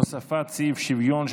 הוספת סעיף שוויון),